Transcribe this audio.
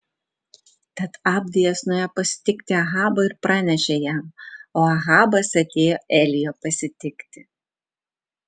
tad abdijas nuėjo pasitikti ahabo ir pranešė jam o ahabas atėjo elijo pasitikti